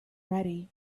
ready